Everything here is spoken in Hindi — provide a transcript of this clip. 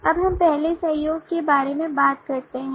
अब हम पहले सहयोग के बारे में बात करते हैं